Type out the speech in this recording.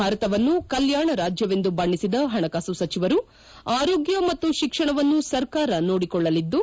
ಭಾರತವನ್ನು ಕಲ್ಲಾಣ ರಾಜ್ಯವೆಂದು ಬಣ್ಣಿಸಿದ ಪಣಕಾಸು ಸಚಿವರು ಆರೋಗ್ಯ ಮತ್ತು ಶಿಕ್ಷಣವನ್ನು ಸರ್ಕಾರ ನೋಡಿಕೊಳ್ಳಲಿದ್ದು